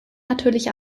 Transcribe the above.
natürlich